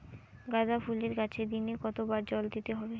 গাদা ফুলের গাছে দিনে কতবার জল দিতে হবে?